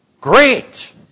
Great